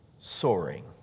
soaring